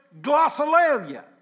glossolalia